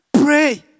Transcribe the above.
Pray